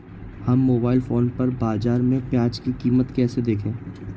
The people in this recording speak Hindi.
हम मोबाइल फोन पर बाज़ार में प्याज़ की कीमत कैसे देखें?